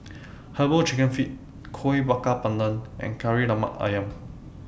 Herbal Chicken Feet Kuih Bakar Pandan and Kari Lemak Ayam